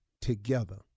together